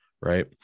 Right